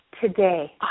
today